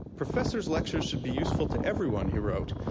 professors' lectures should be useful to everyone, he wrote,